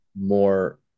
more